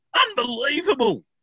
Unbelievable